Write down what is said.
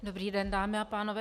Dobrý den, dámy a pánové.